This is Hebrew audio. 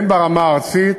הן ברמה הארצית